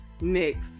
Next